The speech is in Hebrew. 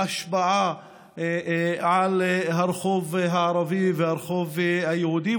ההשפעה על הרחוב הערבי והרחוב היהודי,